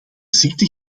ziekte